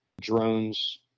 drones